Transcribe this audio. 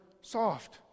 soft